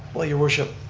well, your worship,